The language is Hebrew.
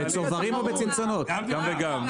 גם וגם.